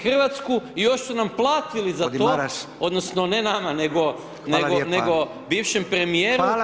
Hrvatsku i još su nam platili za to, odnosno ne nama nego bivšem premijeru